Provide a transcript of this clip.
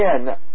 again